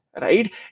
right